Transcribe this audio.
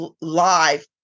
live